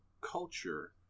culture